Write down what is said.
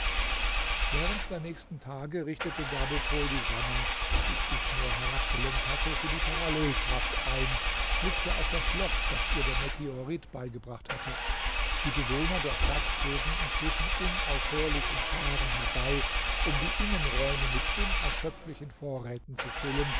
während der nächsten tage richtete gabokol die sannah die flitmore herabgelenkt hatte für die parallelkraft ein flickte auch das loch das ihr der meteorit beigebracht hatte die bewohner der stadt zogen inzwischen unaufhörlich in scharen herbei um die innenräume mit unerschöpflichen vorräten zu füllen